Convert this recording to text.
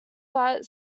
flat